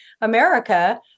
America